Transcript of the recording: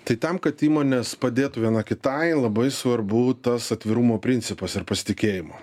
tai tam kad įmonės padėtų viena kitai labai svarbu tas atvirumo principas ir pasitikėjimo